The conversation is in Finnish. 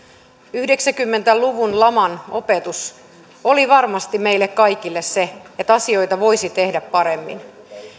yhdeksänkymmentä luvun laman opetus oli varmasti meille kaikille se että asioita voisi tehdä paremmin